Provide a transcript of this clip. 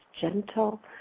gentle